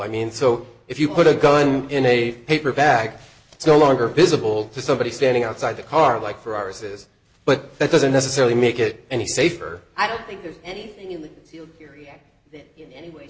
i mean so if you put a gun in a paper bag so longer visible to somebody standing outside the car like for ours is but that doesn't necessarily make it any safer i don't think there's anything in that area anyway